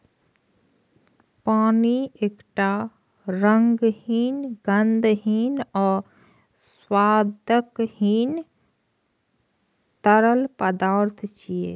पानि एकटा रंगहीन, गंधहीन आ स्वादहीन तरल पदार्थ छियै